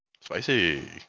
spicy